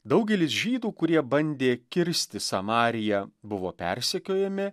daugelis žydų kurie bandė kirsti samariją buvo persekiojami